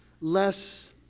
less